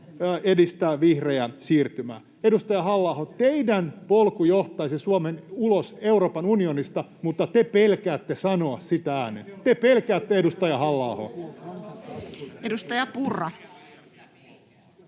edistää vihreää siirtymää. Edustaja Halla-aho, teidän polkunne johtaisi Suomen ulos Euroopan unionista, mutta te pelkäätte sanoa sitä ääneen. Te pelkäätte, edustaja Halla-aho! [Mika